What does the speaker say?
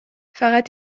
فقط